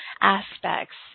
aspects